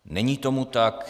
Není tomu tak.